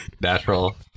natural